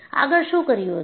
આગળ શું કર્યું હતું